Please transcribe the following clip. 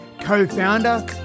co-founder